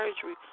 surgery